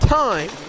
time